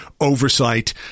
oversight